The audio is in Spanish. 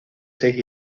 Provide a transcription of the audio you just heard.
seis